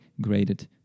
graded